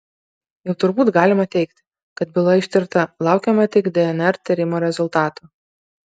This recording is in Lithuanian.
jau turbūt galima teigti kad byla ištirta laukiame tik dnr tyrimo rezultatų